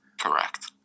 correct